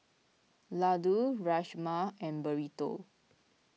Ladoo Rajma and Burrito